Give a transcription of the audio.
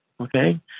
okay